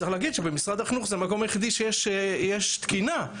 צריך להגיד שמשרד החינוך זה המקום היחידי שיש בו תקינה,